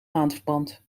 maandverband